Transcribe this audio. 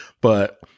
But-